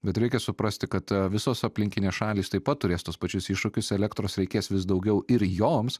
bet reikia suprasti kad visos aplinkinės šalys taip pat turės tuos pačius iššūkius elektros reikės vis daugiau ir joms